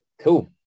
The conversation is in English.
cool